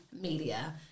Media